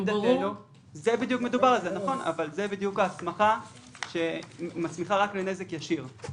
לעמדתנו זה בדיוק ההסמכה שמסמיכה את השר לתקן רק לגבי נזק ישיר.